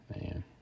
Man